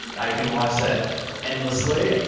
i can watch that endlessly.